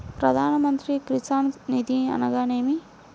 ప్రధాన మంత్రి కిసాన్ నిధి అనగా నేమి?